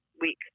week